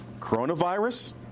coronavirus